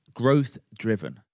growth-driven